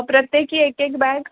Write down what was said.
प्रत्येकी एकेक बॅग